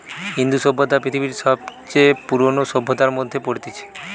ইন্দু সভ্যতা পৃথিবীর সবচে পুরোনো সভ্যতার মধ্যে পড়তিছে